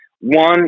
One